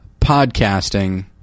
podcasting